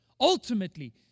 ultimately